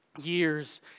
Years